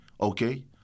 okay